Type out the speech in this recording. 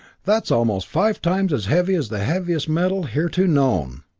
that's almost five times as heavy as the heaviest metal hitherto known.